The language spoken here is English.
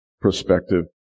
perspective